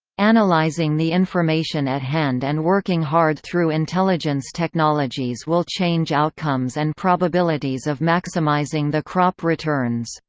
analyzing the information at hand and working hard through intelligence technologies will change outcomes and probabilities of maximizing the crop returns.